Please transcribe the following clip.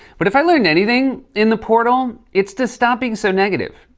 but if i learned anything in the portal, it's to stop being so negative,